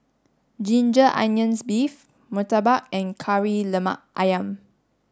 ginger onions beef Murtabak and Kari Lemak Ayam